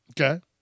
Okay